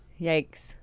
Yikes